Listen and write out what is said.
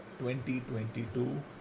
2022